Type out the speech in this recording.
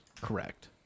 Correct